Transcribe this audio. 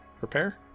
Repair